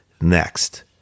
Next